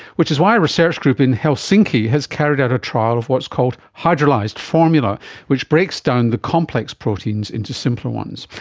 which is why a research group in helsinki has carried out a trial of what's called hydrolysed formula which breaks down the complex proteins into simpler ones.